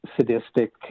sadistic